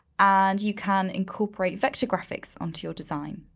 and you can incorporate vector graphics on to your design.